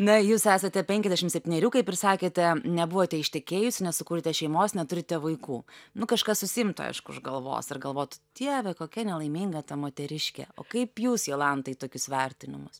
na jūs esate penkiasdešim septynerių kaip ir sakėte nebuvote ištekėjusi nesukūrėte šeimos neturite vaikų nu kažkas susiimtų aišku už galvos ir galvoti dieve kokia nelaiminga ta moteriškė o kaip jūs jolanta į tokius vertinimus